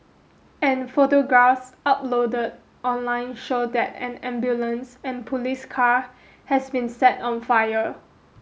and photographs upload online show that an ambulance and police car has been set on fire